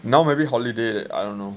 now maybe holiday I don't know